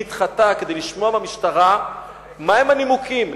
כדי לשמוע מהמשטרה מה הנימוקים,